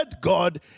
God